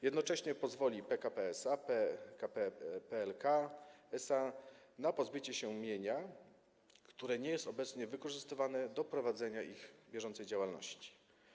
Jednocześnie pozwoli PKP SA, PKP PLK SA na pozbycie się mienia, które nie jest obecnie wykorzystywane do prowadzenia ich bieżącej działalności.